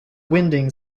winding